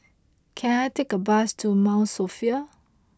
can I take a bus to Mount Sophia